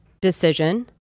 decision